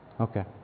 Okay